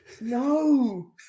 no